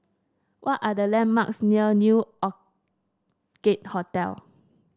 what are the landmarks near New Orchid Hotel